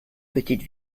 petite